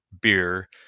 beer